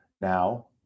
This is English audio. now